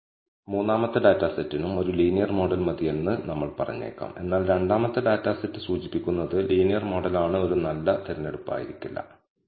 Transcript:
least square method ഉപയോഗിച്ച് linear model fit ചെയ്യുമ്പോൾ dependent variable അളവുകളെ നശിപ്പിക്കുന്ന എററുകകളെക്കുറിച്ച് നമ്മൾ നിരവധി ഓപ്ഷനുകൾ ഉണ്ടാക്കുന്നു